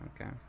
okay